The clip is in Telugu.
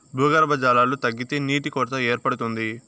భూగర్భ జలాలు తగ్గితే నీటి కొరత ఏర్పడుతుంది